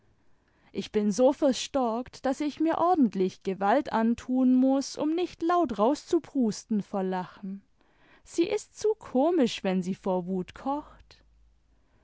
ich bin so verstockt daß ich mir ordentlich gewalt antun muß um nicht laut rauszuprusten vor lachen sie ist zu komisch wenn sie vor wut kocht